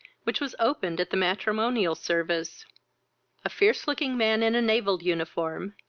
which was opened at the matrimonial service a fierce looking man in a naval uniform,